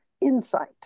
insight